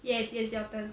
yes yes your turn